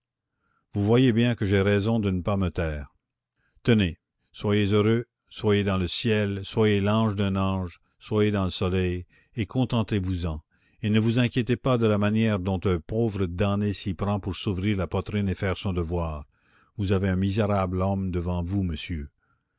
vous voyez bien que j'ai raison de ne pas me taire tenez soyez heureux soyez dans le ciel soyez l'ange d'un ange soyez dans le soleil et contentez vous en et ne vous inquiétez pas de la manière dont un pauvre damné s'y prend pour s'ouvrir la poitrine et faire son devoir vous avez un misérable homme devant vous monsieur